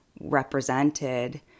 represented